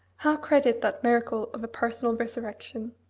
how credit that miracle of a personal resurrection?